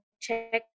check